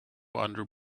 under